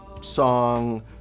song